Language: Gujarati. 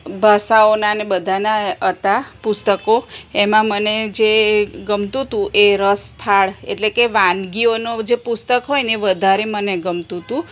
ભાષાઓનાને બધાના હતા પુસ્તકો એમાં મને જે ગમતું હતું એ રસથાળ એટલે કે વાનગીઓનો જે પુસ્તક હોયને એ વધારે મને ગમતું હતું